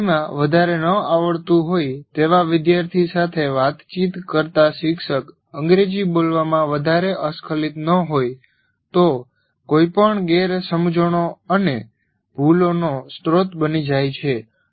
અંગ્રેજીમાં વધારે ન આવડતું હોય તેવા વિદ્યાર્થી સાથે વાતચીત કરતા શિક્ષક અંગ્રેજી બોલવામાં વધારે અસ્ખલિત ન હોય તો કોઈપણ ગેરસમજણો અને ભૂલોનો સ્રોત બની જાય છે